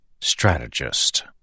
Strategist